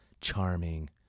charming